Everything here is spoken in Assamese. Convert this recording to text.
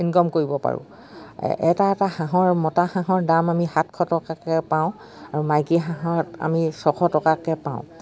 ইনকম কৰিব পাৰোঁ এটা এটা হাঁহৰ মতা হাঁহৰ দাম আমি সাতশ টকাকৈ পাওঁ আৰু মাইকী হাঁহত আমি ছশ টকাকৈ পাওঁ